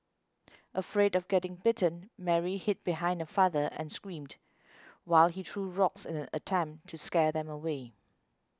afraid of getting bitten Mary hid behind her father and screamed while he threw rocks in an attempt to scare them away